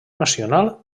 nacional